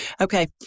Okay